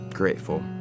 Grateful